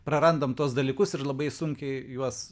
prarandam tuos dalykus ir labai sunkiai juos